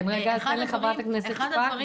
אחד הדברים